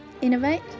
Innovate